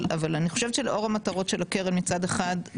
אבל אני חושבת שלאור המטרות של הקרן מצד אחד,